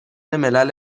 ملل